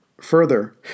Further